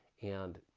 and